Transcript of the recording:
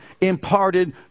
imparted